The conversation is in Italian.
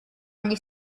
agli